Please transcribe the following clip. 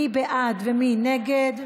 מי בעד ומי נגד?